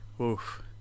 Oof